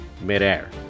midair